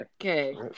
Okay